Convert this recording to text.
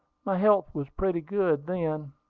my health was pretty good then.